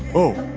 oh,